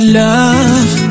love